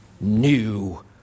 new